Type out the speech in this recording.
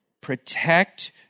Protect